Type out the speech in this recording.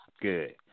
Good